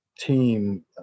team